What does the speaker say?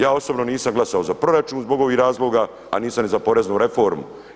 Ja osobno nisam glasovao za proračun zbog ovih razloga, a nisam ni za poreznu reformu.